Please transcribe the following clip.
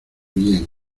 bien